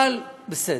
אבל בסדר.